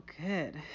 good